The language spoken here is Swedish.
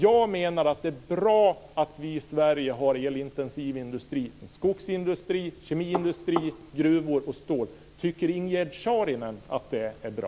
Jag menar att det är bra att vi i Sverige har elintensiv industri - skogsindustri, kemiindustri, gruvor och stål. Tycker Ingegerd Saarinen att det är bra?